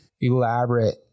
elaborate